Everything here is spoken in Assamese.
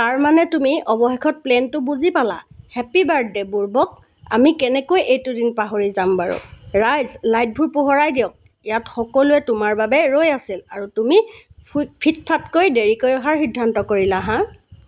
তাৰমানে তুমি অৱশেষত প্লেনটো বুজি পালা হেপ্পী বাৰ্থদে' বুৰ্বক আমি কেনেকৈ এইটো দিন পাহৰি যাম বাৰু ৰাইজ লাইটবোৰ পোহৰাই দিয়ক ইয়াত সকলোৱে তোমাৰ বাবে ৰৈ আছিল আৰু তুমি ফুই ফিটফাটকৈ দেৰিকৈ অহাৰ সিদ্ধান্ত কৰিলা হাঃ